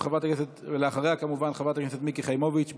חברת הכנסת מיקי חיימוביץ',